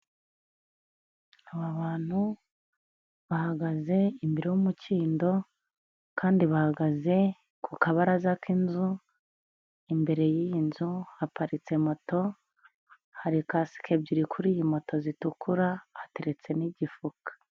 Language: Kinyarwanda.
Aba bantu bahagaze imbere y'umukindo kandi bahagaze ku kabaraza k'inzu, imbere y'iyi nzu haparitse moto, hari kasike ebyiri kuri iyi moto zitukura, hateretse n'igifuka.